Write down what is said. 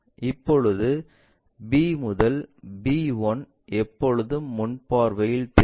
இப்போது B முதல் B 1 எப்போதும் முன் பார்வையில் தெரியும்